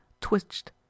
twitched